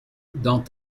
dans